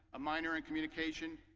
a minor in communication,